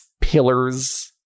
pillars